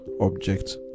Object